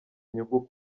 inyungu